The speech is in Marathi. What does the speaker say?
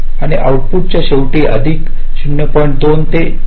आणि आऊटपुटच्या शेवटी अधिक 0